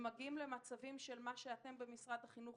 הם מגיעים למצבים של מה שאתם במשרד החינוך